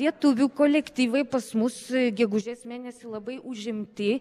lietuvių kolektyvai pas mus gegužės mėnesį labai užimti